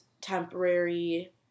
temporary